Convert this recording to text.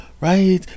right